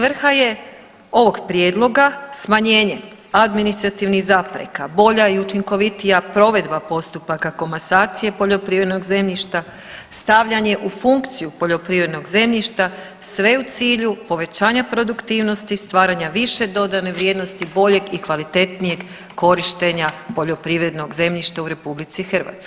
Svrha je ovog prijedloga smanjenje administrativnih zapreka, bolja i učinkovitija provedba postupaka komasacije poljoprivrednog zemljišta, stavljanje u funkciju poljoprivrednog zemljišta sve u cilju povećanja produktivnosti, stvaranja više dodane vrijednosti, boljeg i kvalitetnijeg korištenja poljoprivrednog zemljišta u RH.